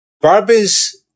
Barbie's